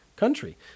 country